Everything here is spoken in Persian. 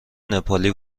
نپالی